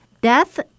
Death